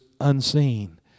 unseen